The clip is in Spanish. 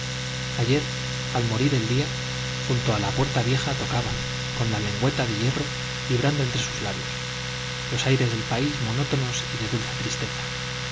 ayer al morir el día junto a la puerta vieja tocaba con la lengüeta de hierro vibrando entre sus labios los aires del país monótonos y de dulce tristeza